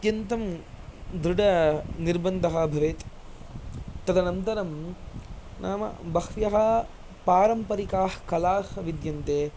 अत्यन्तं दृढनिर्बन्धः भवेत् तदनन्तरम् नाम बह्व्यः पारम्परिकाः कला विद्यन्ते